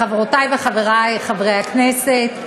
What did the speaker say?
חברותי וחברי חברי הכנסת,